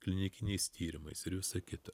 klinikiniais tyrimais ir visą kitą